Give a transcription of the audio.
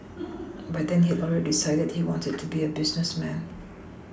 by then he had already decided he wanted to be a businessman